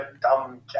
dumb